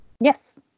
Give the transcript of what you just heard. Yes